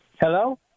Hello